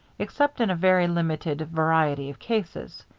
except in a very limited variety of cases.